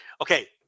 Okay